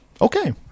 Okay